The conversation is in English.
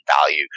value